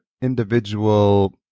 individual